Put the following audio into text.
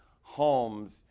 homes